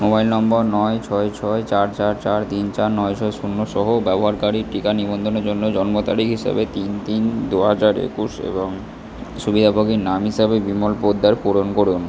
mobile নম্বর নয় ছয় ছয় চার চার চার তিন চার নয় ছয় শূন্যসহ ব্যবহারকারীর টিকা নিবন্ধনের জন্য জন্ম তারিখ হিসাবে তিন তিন দু হাজার একুশ এবং সুবিদাভোগীর নাম হিসাবে বিমল পোদ্দার পূরণ করুন